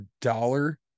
dollar